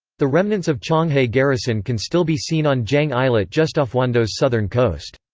the remnants of cheonghae garrison can still be seen on jang islet just off wando's southern coast.